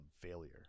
failure